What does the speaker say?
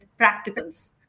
practicals